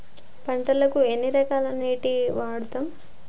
పంటలకు ఎన్ని రకాల నీరు వాడుతం?